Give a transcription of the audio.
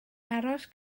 aros